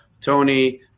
Tony